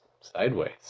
sideways